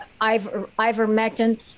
ivermectin